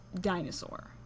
dinosaur